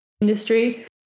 industry